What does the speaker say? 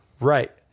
Right